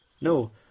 no